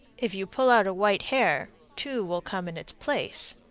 if you pull out a white hair, two will come in its place.